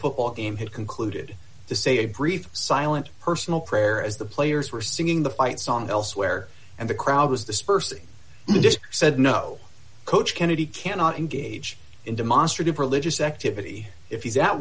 football game had concluded to say a brief silent personal prayer as the players were singing the fight song elsewhere and the crowd was dispersed said no coach kennedy cannot engage in demonstrative religious activity if he's at